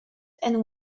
and